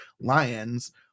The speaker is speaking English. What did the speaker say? lions